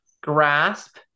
grasp